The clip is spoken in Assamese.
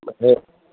অঁ